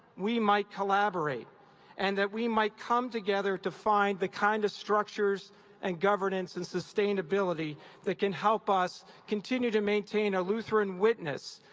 we might collaborate and that we might come together to find the kind of structures and governance and sustainability that can help us continue to maintain a lutheran witness,